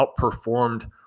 outperformed